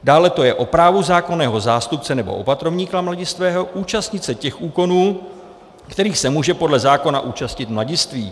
Dále to je o právu zákonného zástupce nebo opatrovníka mladistvého účastnit se těch úkonů, kterých se může podle zákona účastnit mladistvý.